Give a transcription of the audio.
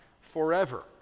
forever